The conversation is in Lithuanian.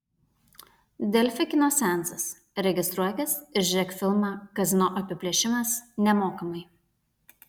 delfi kino seansas registruokis ir žiūrėk filmą kazino apiplėšimas nemokamai